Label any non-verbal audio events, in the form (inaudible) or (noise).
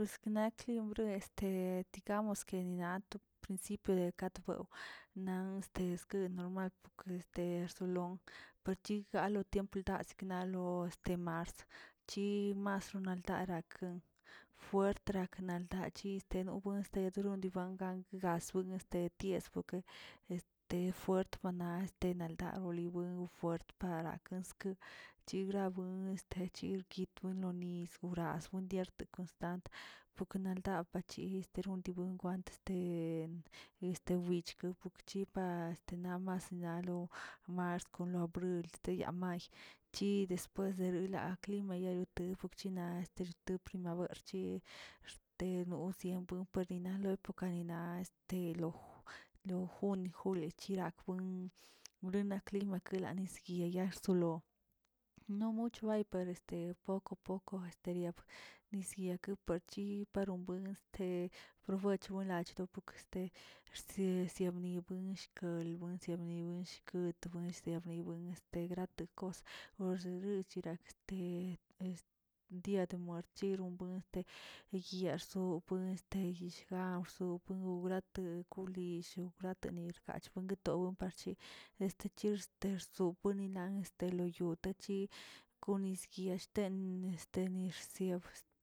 Siknakimre este (hesitation) digamos que ato prinsipio de kato na estekenormal este rsolon parchi da lo tiempo sikna a lo este mars chi marsonal arakan fuert nakral achine este dorin niban ga- gasbuen este yesbueke este fuert bana enalda ori buen fuert barakan ski, chigrabuen techirguit buenlo nis bueras nidia te constant porke naldab bachi estero nilbun este den este wichko chipa este namas nina mars kon lobrə ilste lamayo chi después la klimaya te fokchina terchi primaverchi' este no siempr' puer dinal porke niana este lo- lo jun, juli yirakbuen wlina klima nisyeeya solo, ni mucho hay pero este poco poco esteriab nisyake parchi para buen este probuech buenlay lo poko este rse yebnibə yishkelə lebuensia shkot nisya ribuen este grate kos, pues yerirk chirak te este dii te morchirobuen yarso buen este chgan rso wgrate kolill graterinargato longatewi parche, este chirs stes oponilan este lo yo tachi kon nisye eshten este nirsiebrs.